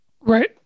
Right